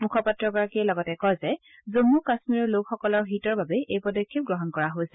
মূখপাত্ৰগৰাকীয়ে লগতে কয় যে জম্ম কাম্মীৰৰ লোকসকলৰ হিতৰ বাবে এই পদক্ষেপ গ্ৰহণ কৰা হৈছে